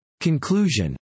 CONCLUSION